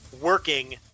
working